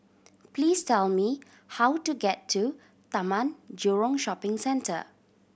please tell me how to get to Taman Jurong Shopping Centre